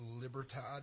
Libertad